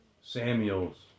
Samuels